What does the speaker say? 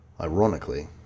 Ironically